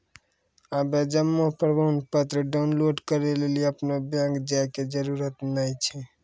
आबे जमा प्रमाणपत्र डाउनलोड करै लेली अपनो बैंक जाय के जरुरत नाय छै